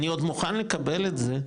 אני עוד מוכן לקבל את זה,